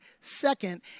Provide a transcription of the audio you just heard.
second